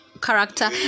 character